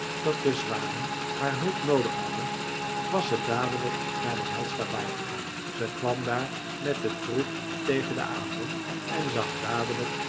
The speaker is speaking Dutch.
dat de zwanen haar hulp noodig hadden was ze dadelijk naar de hjälstabaai gegaan ze kwam daar met den troep tegen den avond en zag dadelijk